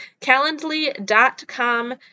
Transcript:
calendly.com